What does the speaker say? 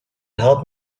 help